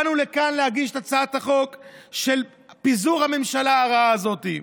באנו לכאן להגיש את הצעת החוק של פיזור הממשלה הרעה הזאת.